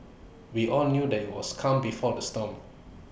we all knew that IT was calm before the storm